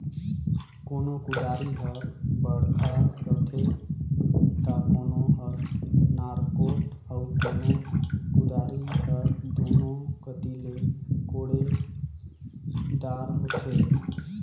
कोनो कुदारी हर बड़खा रहथे ता कोनो हर नानरोट अउ कोनो कुदारी हर दुनो कती ले कोड़े दार होथे